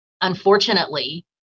unfortunately